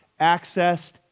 accessed